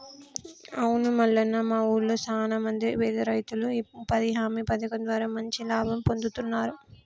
అవును మల్లన్న మా ఊళ్లో సాన మంది పేద రైతులు ఈ ఉపాధి హామీ పథకం ద్వారా మంచి లాభం పొందుతున్నారు